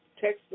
text